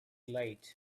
late